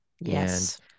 Yes